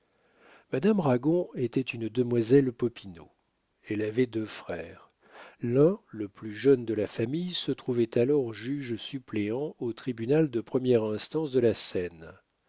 madame ragon était une demoiselle popinot elle avait deux frères l'un le plus jeune de la famille se trouvait alors juge suppléant au tribunal de première instance de la seine